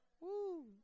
Woo